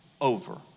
over